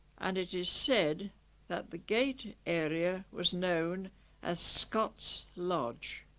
and it is said that the gate area was known as scott's lodge